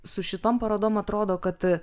su šitom parodom atrodo kad